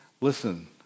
listen